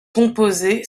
composé